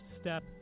step